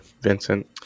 Vincent